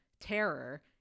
terror